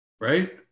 right